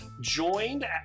Joined